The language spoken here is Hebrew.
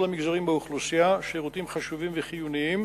המגזרים באוכלוסייה שירותים חשובים וחיוניים